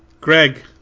Greg